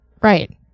right